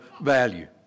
value